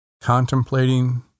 contemplating